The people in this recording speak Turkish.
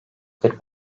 kırk